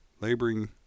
laboring